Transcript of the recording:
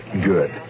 Good